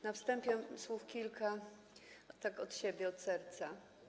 Na wstępie słów kilka od siebie, od serca.